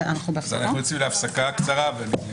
אנחנו יוצאים להפסקה קצרה.